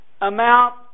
amount